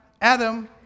Adam